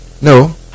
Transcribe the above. No